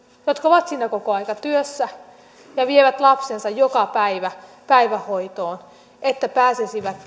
jotka ovat kokoaikatyössä ja vievät lapsensa joka päivä päivähoitoon että pääsisivät